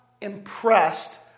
impressed